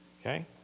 Okay